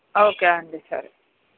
okay అండి సరే